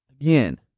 Again